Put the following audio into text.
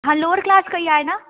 हा lower class कई आहे न